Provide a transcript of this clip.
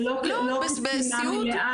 לא בסיעוד.